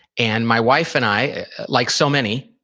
and my wife and i, like so many,